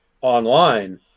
online